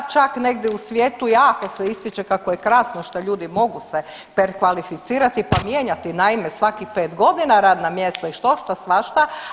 Čak negdje u svijetu jako se ističe kako je krasno što ljude mogu se prekvalificirati pa mijenjati naime svakih 5 godina radna mjesta i štošta, svašta.